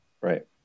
Right